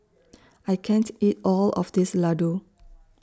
I can't eat All of This Ladoo